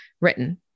written